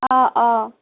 অঁ অঁ